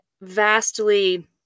vastly